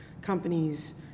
companies